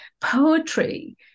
poetry